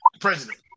president